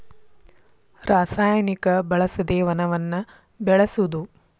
ರಸಾಯನಿಕ ಬಳಸದೆ ವನವನ್ನ ಬೆಳಸುದು